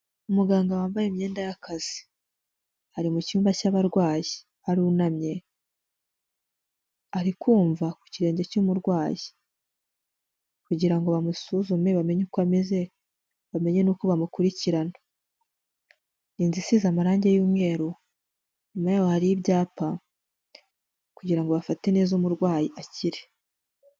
Umuganga wambaye imyenda y'akazi ari mu cyumba cy'abarwayi, arunamye, ari kumva ku kirenge cy'umurwayi kugira ngo bamusuzume, bamenye uko ameze, bamenye n'uko bamukurikirana, inzu isize amarange y'umweru, inyuma y'aho hari ibyapa kugira ngo bafate neza umurwayi akire.